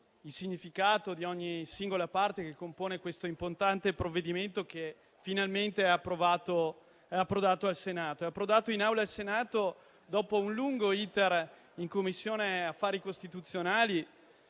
il significato di ogni singola parte che compone questo importante provvedimento che, finalmente, è approdato nell'Aula del Senato dopo un lungo *iter* in Commissione affari costituzionali,